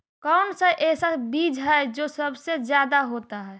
कौन सा ऐसा बीज है जो सबसे ज्यादा होता है?